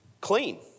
clean